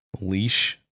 leash